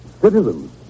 Citizens